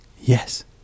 Yes